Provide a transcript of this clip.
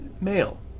male